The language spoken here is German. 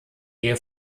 ehe